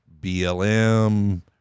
BLM